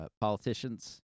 politicians